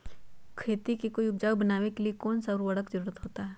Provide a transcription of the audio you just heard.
खेती को उपजाऊ बनाने के लिए कौन कौन सा उर्वरक जरुरत होता हैं?